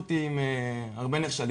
העיפו אותי עם הרבה נכשלים